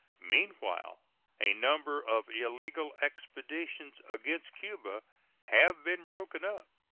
meanwhile a number of illegal expeditions against cuba have been broken up.